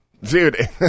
Dude